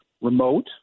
remote